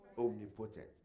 Omnipotent